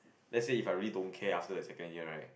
let's say if I really don't care after the second year right